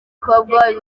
kabgayi